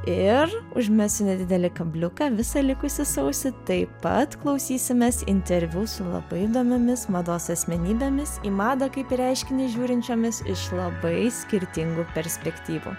ir užmesiu nedidelį kabliuką visą likusį sausį taip pat klausysimės interviu su labai įdomiomis mados asmenybėmis į madą kaip į reiškinį žiūrinčiomis iš labai skirtingų perspektyvų